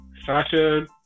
Sasha